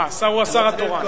השר הוא השר התורן.